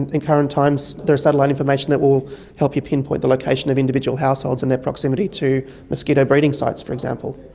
in current times there is satellite information that will will help you pinpoint the location of individual households and their proximity to mosquito breeding sites, for example.